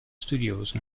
studioso